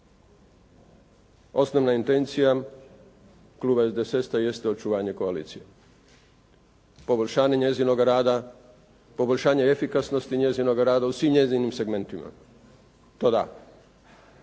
Osnovna intencija kluba SDSS-a jeste očuvanje koalicije, poboljšanje njezinoga rada, poboljšanje efikasnosti njezinoga rada u svim njezinim segmentima, to da.